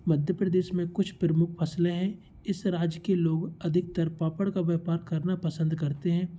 मध्य प्रदेश की कुछ प्रमुख फ़सलें हैं इस राज्य के लोग अधिकतर पापड़ का व्यापार करना पसंद करते हैं